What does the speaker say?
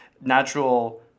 natural